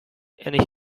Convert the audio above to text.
and